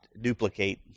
duplicate